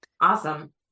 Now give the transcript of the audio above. awesome